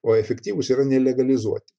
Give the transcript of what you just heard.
o efektyvūs yra nelegalizuoti